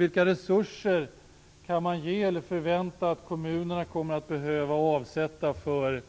Vilka resurser kan man förvänta att kommunerna kommer att behöva avsätta för